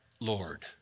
Lord